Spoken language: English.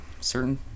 certain